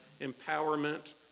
empowerment